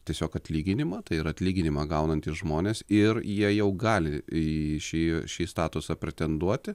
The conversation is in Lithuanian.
tiesiog atlyginimą tai ir atlyginimą gaunantys žmonės ir jie jau gali į šį šį statusą pretenduoti